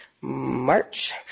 March